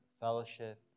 fellowship